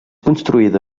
construïda